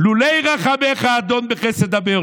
"לולי רחמיך אדון בחסד דבר".